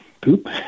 poop